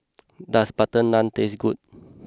does Butter Naan taste good